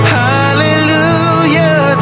hallelujah